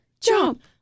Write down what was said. jump